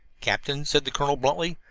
captain, said the colonel bluntly,